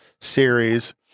series